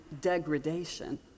degradation